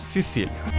Sicília